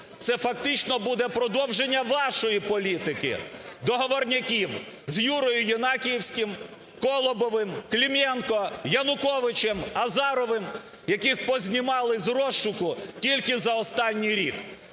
це фактично буде продовження вашої політики договорняків з Юрою Єнакієвським, Колобовим, Клименко, Януковичем, Азаровим, яких познімали з розшуку тільки за останній рік.